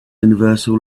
universal